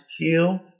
kill